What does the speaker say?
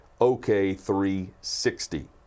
OK360